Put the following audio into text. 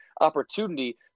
opportunity